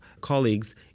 colleagues